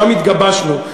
שם התגבשנו.